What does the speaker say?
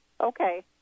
Okay